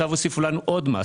אז עכשיו הוסיפו לנו עוד מס?